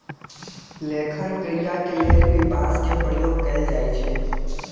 लेखन क्रिया के लेल भी बांस के प्रयोग कैल जाई छई